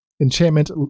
enchantment